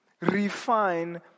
Refine